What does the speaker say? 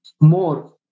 more